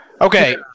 Okay